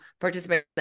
participate